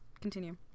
Continue